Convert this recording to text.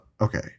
okay